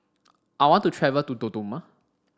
I want to travel to Dodoma